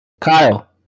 Kyle